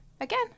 again